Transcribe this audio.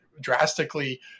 drastically